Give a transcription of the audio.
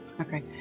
okay